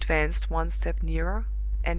he advanced one step nearer,